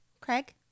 Craig